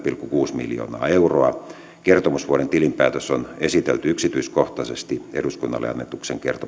kuusi miljoonaa euroa kertomusvuoden tilinpäätös on esitelty yksityiskohtaisesti eduskunnalle annetun